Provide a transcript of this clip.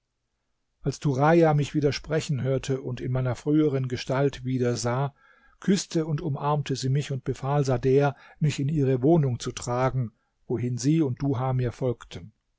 als turaja mich wieder sprechen hörte und in meiner früheren gestalt wieder sah küßte und umarmte sie mich und befahl sader mich in ihre wohnung zu tragen wohin sie und duha mir folgten